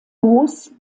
moos